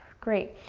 great,